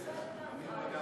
סעיפים 1 3